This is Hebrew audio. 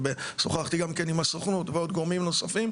ושוחחתי גם כן עם הסוכנות ועוד גורמים נוספים,